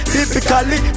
Typically